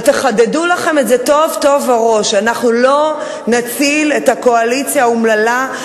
אבל תחדדו לכם את זה טוב טוב בראש: אנחנו לא נציל את הקואליציה האומללה,